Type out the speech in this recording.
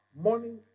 morning